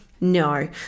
no